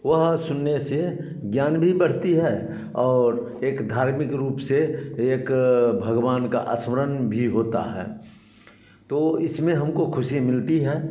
वह सुनने से ज्ञान भी बढ़ती है और एक धार्मिक रूप से एक भगवान का अनुस्मरण भी होता है तो इसमें हमको ख़ुशी मिलती है